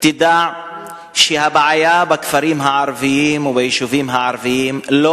ידעו שהבעיה בכפרים הערביים וביישובים הערביים לא